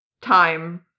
time